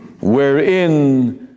wherein